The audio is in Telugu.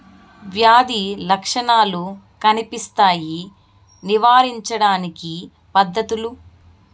వ్యాధి లక్షణాలు కనిపిస్తాయి నివారించడానికి పద్ధతులు?